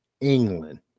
England